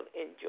enjoy